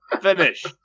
Finish